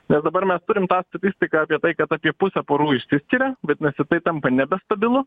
nes dabar mes turim tą statistiką apie tai kad apie pusė porų išsiskiria vadinasi tai tampa nebestabilus